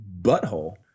butthole